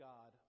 God